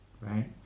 right